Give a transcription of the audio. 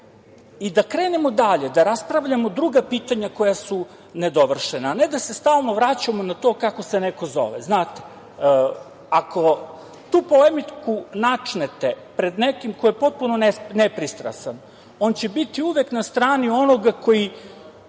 i da krenemo dalje, da raspravljamo druga pitanja koja su nedovršena, a ne da se stalno vraćamo na to kako se neko zove. Ako tu polemiku načnete pred nekim koje potpuno nepristrasan, on će biti uvek na strani onoga koji